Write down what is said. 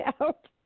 out